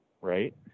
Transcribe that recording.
right